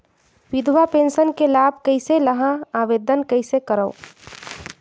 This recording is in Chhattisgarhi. विधवा पेंशन के लाभ कइसे लहां? आवेदन कइसे करव?